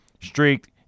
streak